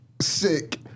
sick